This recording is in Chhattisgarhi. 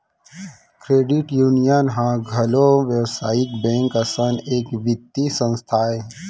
क्रेडिट यूनियन ह घलोक बेवसायिक बेंक असन एक बित्तीय संस्था आय